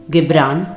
Gibran